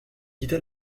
quitta